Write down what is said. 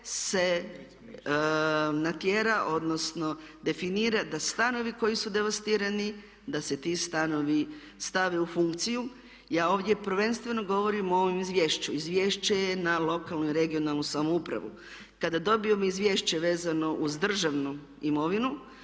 se natjera odnosno definira da stanovi koji su devastirani, da se ti stanovi stave u funkciju. Ja ovdje prvenstveno govorim o ovom izvješću. Izvješće je na lokalnu i regionalnu samoupravu. Kada dobijemo izvješće vezano uz državnu imovinu,